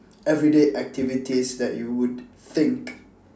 everyday activities that you would think